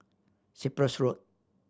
Cyprus Road